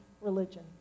religion